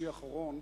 שישי האחרון